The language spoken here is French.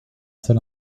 seul